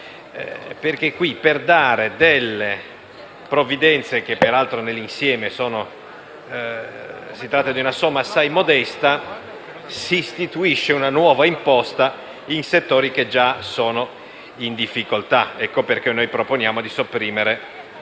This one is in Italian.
2. Qui, per dare delle provvidenze che peraltro, nell'insieme, sono assai modeste, si istituisce una nuova imposta in settori che già sono in difficoltà. Ecco perché noi proponiamo di sopprimere